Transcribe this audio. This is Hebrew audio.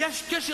הזמן דוחק,